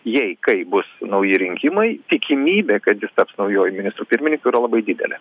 jai kaip bus nauji rinkimai tikimybė kad jis taps naujuoju ministru pirmininku yra labai didelė